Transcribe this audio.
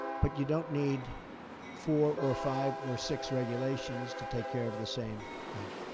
but you don't need four or five or six regulations to take care of the same thing.